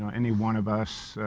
ah any one of us,